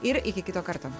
ir iki kito karto